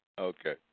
Okay